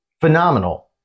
phenomenal